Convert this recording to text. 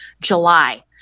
july